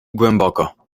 głęboko